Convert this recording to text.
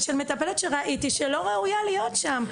מטפלת שראיתי שלא ראויה להיות שם.